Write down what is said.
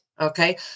Okay